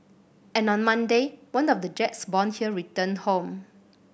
and on Monday one of the jets born here returned home